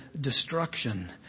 destruction